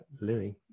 Louis